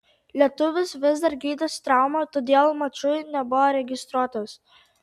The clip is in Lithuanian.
lietuvis vis dar gydosi traumą todėl mačui nebuvo registruotas